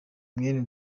mwene